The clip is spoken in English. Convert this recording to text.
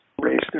raised